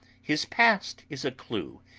his past is a clue,